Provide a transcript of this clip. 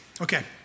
Okay